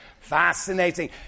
Fascinating